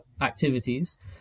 activities